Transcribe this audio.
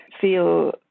feel